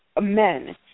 men